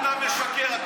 היינו ביחד.